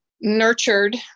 nurtured